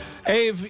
Ave